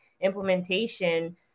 implementation